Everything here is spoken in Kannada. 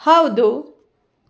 ಹೌದು